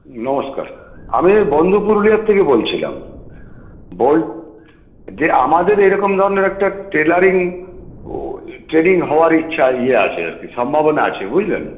নমস্কার আমি ওই বন্ধু পুরুলিয়ার থেকে বলছিলাম বল যে আমাদের এরকম ধরণের একটা টেইলরিং ট্রেনিং হওয়ার ইচ্ছা ইয়ে আছে আর কি সম্ভাবনা আছে বুঝলেন